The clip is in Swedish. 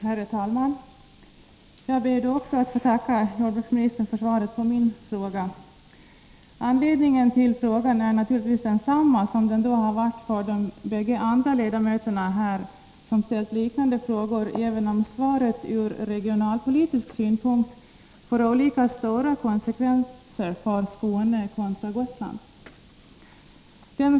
Herr talman! Jag ber att få tacka jordbruksministern för svaret på min fråga. Jag ställde den naturligtvis av samma anledning som de båda andra ledamöter som ställt liknande frågor, även om svaret från regionalpolitisk synpunkt får olika stora konsekvenser för Skåne och Gotland.